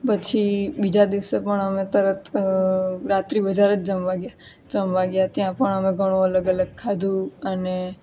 બીજા દિવસે પણ અમે તરત રાત્રી બજાર જ જમવા ગયા હતા પણ અમે ઘણું અલગ અલગ ખાધું અને